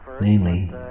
namely